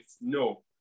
no